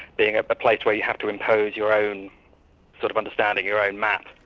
being ah a place where you have to impose your own sort of understanding, your own map,